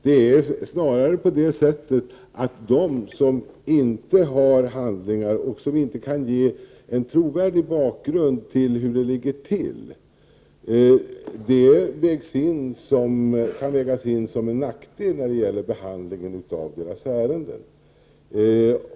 Det förhåller sig snarare på det sättet att om man inte har handlingar och kan ge en trovärdig bakgrund till varför det förhåller sig så, vägs detta in och ses som en nackdel vid behandlingen av ärendena.